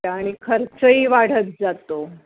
आणि खर्चही वाढत जातो